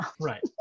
Right